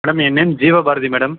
madam என் name Jeevabharathi madam